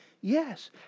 Yes